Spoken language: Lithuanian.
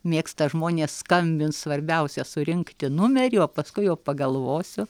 mėgsta žmonės skambint svarbiausia surinkti numerį o paskui jau pagalvosiu